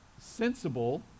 sensible